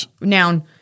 noun